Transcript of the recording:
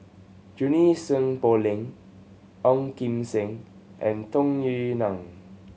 Junie Sng Poh Leng Ong Kim Seng and Tung Yue Nang